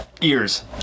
ears